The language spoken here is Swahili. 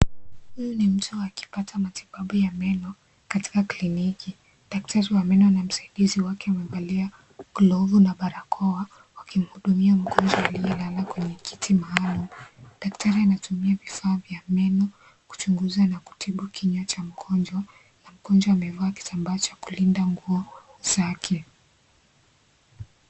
Huyu ni mtu akipata matibabu ya meno, katika kliniki. Daktari wa meno na msaidizi wake wamevalia glavu na barakoa, wakimhudumia mgonjwa aliyelala kwenye kiti maalum. Daktari anatumia vifaa vya meno kuchunguza na kutibu kinywa cha mgonjwa na mgonjwa amevaa kitambaa cha kulinda nguo zake.